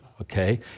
okay